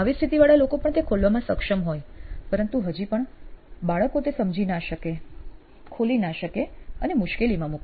આવી સ્થિતિવાળા લોકો પણ તે ખોલવામાં સક્ષમ હોય પરંતુ હજી પણ બાળકો તે સમજી ના શકે ખોલી ના શકે અને મુશ્કેલીમાં મુકાય